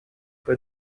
pas